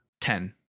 Ten